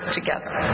together